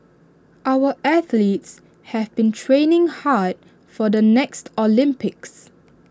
our athletes have been training hard for the next Olympics